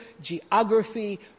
geography